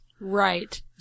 Right